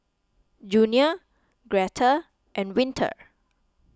Junia Greta and Winter